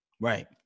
Right